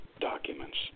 documents